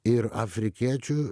ir afrikiečių